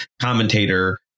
commentator